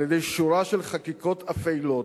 על-ידי שורה של חקיקות אפלות,